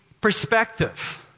perspective